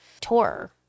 tour